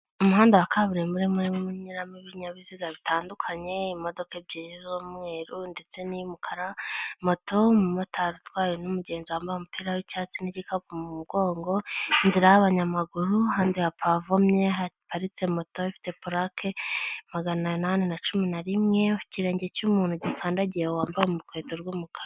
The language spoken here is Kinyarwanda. Umuhanda wa kaburimbo harimo ibinyabiziga bitandukanye imodoka; ebyiri z'umweru ndetse n'umukara, moto umumotari utwawe n'umugenzi wambaye umupira w'icyatsi n'igikapu ku mugongo inzira y'abanyamaguru n'indi, hapavomye haparitse moto ifite purake magana inani na cumi na rimwe, ikirenge cy'umuntu gikandagiye wambaye urukweto rw'umukara.